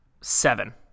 Seven